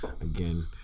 again